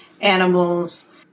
animals